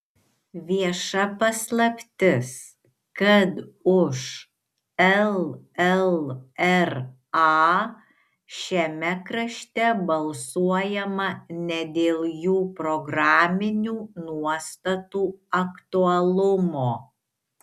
vieša paslaptis kad už llra šiame krašte balsuojama ne dėl jų programinių nuostatų aktualumo